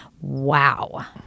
wow